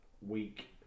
week